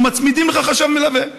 אבל מצמידים לך חשב מלווה,